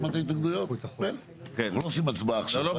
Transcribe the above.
לא עושים הצבעה עכשיו.